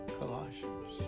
Colossians